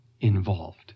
involved